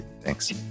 thanks